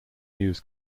news